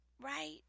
right